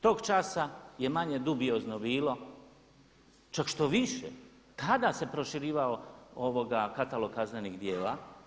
Tog časa je manje dubiozno bilo, čak štoviše tada se proširivao katalog kaznenih djela.